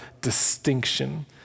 distinction